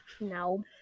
No